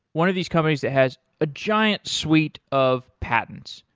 one of these companies that has a giant suite of patents.